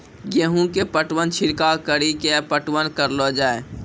गेहूँ के पटवन छिड़काव कड़ी के पटवन करलो जाय?